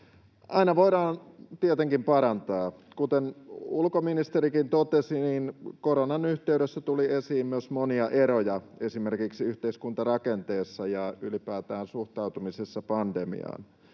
Aina voidaan tietenkin parantaa. Kuten ulkoministerikin totesi, koronan yhteydessä tuli esiin myös monia eroja esimerkiksi yhteiskuntarakenteessa ja ylipäätään suhtautumisessa pandemiaan.